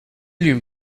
une